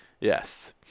yes